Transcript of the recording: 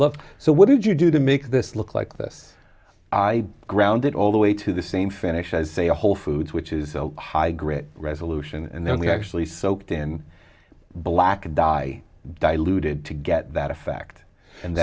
loved so what did you do to make this look like this i grounded all the way to the same finish as a whole foods which is high grit resolution and then we actually soaked in black dye diluted to get that effect and